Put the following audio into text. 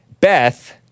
Beth